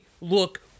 look